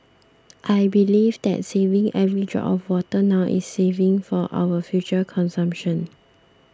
I believe that saving every drop of water now is saving for our future consumption